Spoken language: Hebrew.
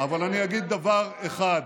אבל אני אגיד דבר אחד: